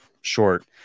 short